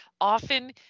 often